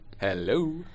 Hello